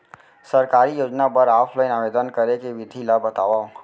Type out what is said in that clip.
सरकारी योजना बर ऑफलाइन आवेदन करे के विधि ला बतावव